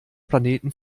planeten